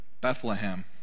Bethlehem